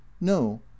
no